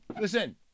listen